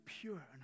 pure